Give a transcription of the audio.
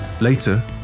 Later